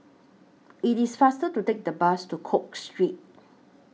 IT IS faster to Take The Bus to Cook Street